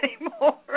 anymore